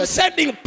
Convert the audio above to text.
sending